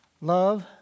Love